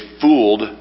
fooled